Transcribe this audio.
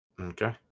Okay